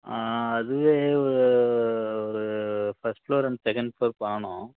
ஆ அதுவே ஒரு ஒரு first floor and second floor காணும்